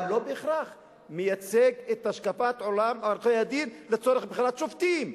אבל הוא לא בהכרח מייצג את השקפת עולם עורכי-הדין לצורך בחירת שופטים.